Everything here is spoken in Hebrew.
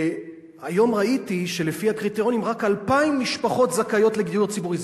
והיום ראיתי שלפי הקריטריונים רק 2,000 משפחות זכאיות לדיור ציבורי.